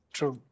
True